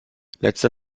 letzte